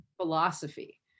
philosophy